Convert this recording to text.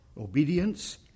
Obedience